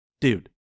dude